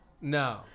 No